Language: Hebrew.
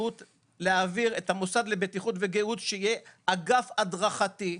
להעביר את המוסד לבטיחות וגיהות תחתם שישמש כאגף הדרכתי.